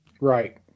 Right